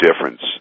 difference